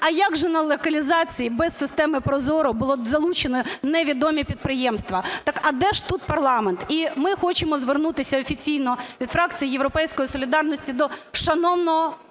а як же на локалізації без системи ProZorro були залучені невідомі підприємства, так а де ж тут парламент. І ми хочемо звернутися офіційно від фракції "Європейської солідарності" до шановного Голови